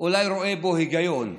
אולי רואה בו היגיון,